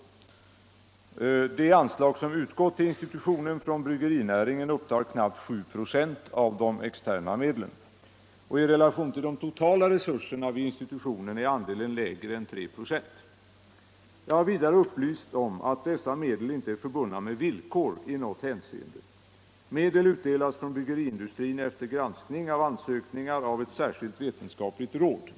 De anslag som utgått till institutionen från bryggerinäringen upptar knappt 7 96 av de externa medlen. I relation till de totala resurserna vid institutionen är andelen lägre än 3 96. Jag har vidare upplysts om att dessa medel inte är förbundna med villkor i något hänseende. Medel utdelas från bryggeriindustrin efter granskning av ansökningarna av ett särskilt vetenskapligt råd.